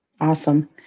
Awesome